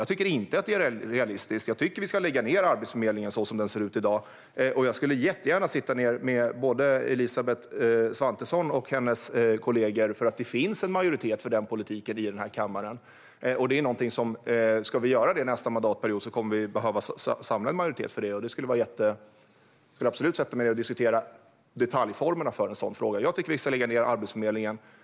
Jag tycker inte att det är orealistiskt. Jag tycker att vi ska lägga ned Arbetsförmedlingen sådan den ser ut i dag. Jag skulle gärna sätta mig ned med Elisabeth Svantesson och hennes kollegor och diskutera detta. Det finns ju en majoritet för den politiken i den här kammaren. Ska vi genomföra detta under nästa mandatperiod kommer vi att behöva samla en majoritet för det. Jag skulle gärna vilja diskutera detaljformerna för detta. Jag tycker att vi ska lägga ned Arbetsförmedlingen.